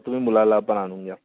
तुम्ही मुलाला पण आणून घ्या